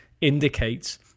indicates